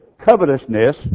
covetousness